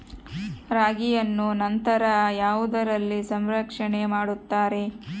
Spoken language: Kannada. ರಾಗಿಯನ್ನು ನಂತರ ಯಾವುದರಲ್ಲಿ ಸಂರಕ್ಷಣೆ ಮಾಡುತ್ತಾರೆ?